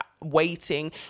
waiting